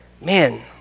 man